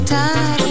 Time